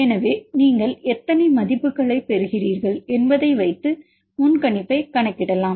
எனவே நீங்கள் எத்தனை மதிப்புகளைப் பெறுகிறீர்கள் என்பதை வைத்து முன்கணிப்பைக் கணக்கிடலாம்